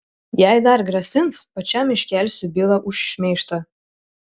jei dar grasins pačiam iškelsiu bylą už šmeižtą